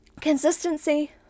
consistency